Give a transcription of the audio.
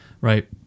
Right